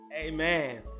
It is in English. Amen